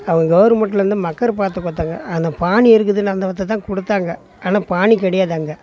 அவங்க கவுர்மென்ட்லேருந்து மக்கர் பார்த்து குடுத்தாங்க அந்த பானி இருக்குதுனு அந்த இடத்த தான் கொடுத்தாங்க ஆனால் பானி கிடையாது அங்கே